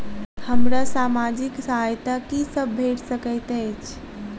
हमरा सामाजिक सहायता की सब भेट सकैत अछि?